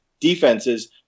defenses